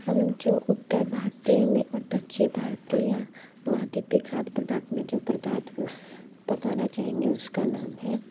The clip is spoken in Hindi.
हम जो उत्तर भारतीय में और दक्षिण भारतीय महाद्वीपीय खाद्य पदार्थ में जो पदार्थ को पकाना चाएंगे उसका नाम है